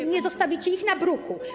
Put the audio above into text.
czy nie zostawicie ich na bruku.